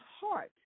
heart